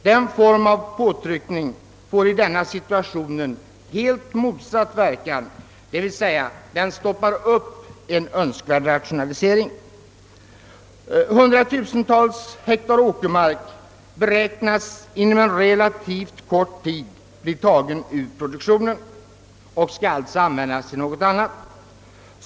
Denna form av påtryckning får i den situationen helt motsatt verkan, d.v.s. den stoppar upp en Önskvärd rationalisering. Hundratusentals hektar åkermark beräknas inom en relativt kort tid bli tagen ur produktionen och skall alltså användas till något annat.